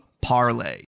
parlay